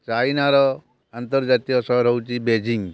ଚାଇନାର ଆନ୍ତର୍ଜାତୀୟ ସହର ହେଉଛି ବେଜିଙ୍ଗ୍